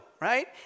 right